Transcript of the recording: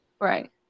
Right